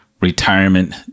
retirement